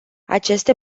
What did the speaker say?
aceste